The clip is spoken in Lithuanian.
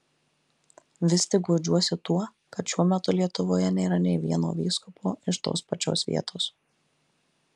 vis tik guodžiuosi tuo kad šiuo metu lietuvoje nėra nė vieno vyskupo iš tos pačios vietos